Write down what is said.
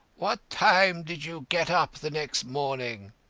what time did you get up the next morning?